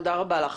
תודה רבה לך.